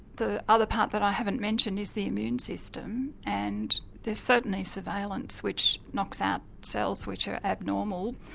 the other part that i haven't mentioned is the immune system, and there's certainly surveillance which knocks out cells which are abnormal.